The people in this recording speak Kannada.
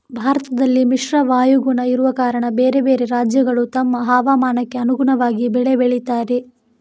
ಭಾರತದಲ್ಲಿ ಮಿಶ್ರ ವಾಯುಗುಣ ಇರುವ ಕಾರಣ ಬೇರೆ ಬೇರೆ ರಾಜ್ಯಗಳು ತಮ್ಮ ಹವಾಮಾನಕ್ಕೆ ಅನುಗುಣವಾಗಿ ಬೆಳೆ ಬೆಳೀತಾರೆ